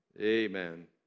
Amen